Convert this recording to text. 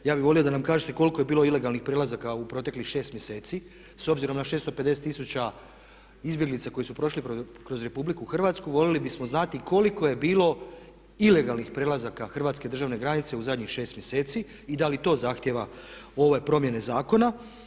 Ja bih volio da nam kažete koliko je bilo ilegalnih prelazaka u proteklih 6 mjeseci s obzirom na 650 000 izbjeglica koji su prošli kroz Republiku Hrvatsku voljeli bismo znati koliko je bilo ilegalnih prelazaka hrvatske državne granice u zadnjih šest mjeseci i da li to zahtijeva ove promjene zakona.